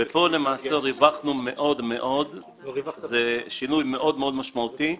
--- ריווחנו מאוד מאוד, זה שינוי מאוד משמעותי.